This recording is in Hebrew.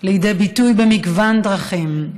לידי ביטוי במגוון דרכים: